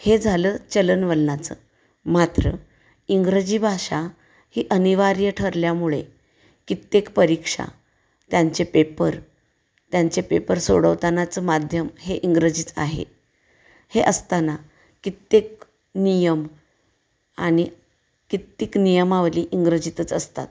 हे झालं चलन वलनाचं मात्र इंग्रजी भाषा ही अनिवार्य ठरल्यामुळे कित्येक परीक्षा त्यांचे पेपर त्यांचे पेपर सोडवतानाचं माध्यम हे इंग्रजीच आहे हे असताना कित्येक नियम आणि कित्येक नियमावली इंग्रजीतच असतात